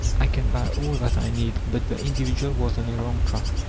i can buy all that i need. but the individual was on a wrong track,